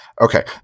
Okay